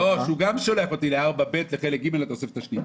גם שולח אותי ל-4ב לחלק ג' לתוספת השנייה.